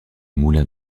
moulins